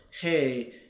hey